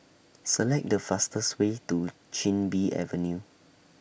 Select The fastest Way to Chin Bee Avenue